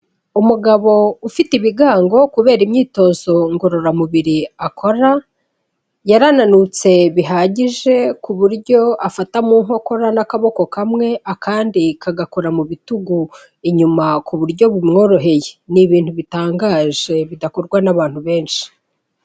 Umugabo ufite ibigango kubera imyitozo ngororamubiri akora, yarananutse bihagije ku buryo afata mu nkokora n'akaboko kamwe akandi kagakora mu bitugu inyuma ku buryo bumworoheye, ni ibintu bitangaje bidakorwa n'abantu benshi.